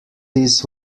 this